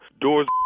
Doors